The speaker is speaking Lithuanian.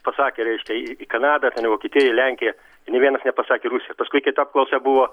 pasakė reiškia į kanadą ten į vokietiją į lenkiją nė vienas nepasakė rusija paskui kita apklausa buvo